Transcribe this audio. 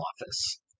office